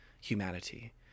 humanity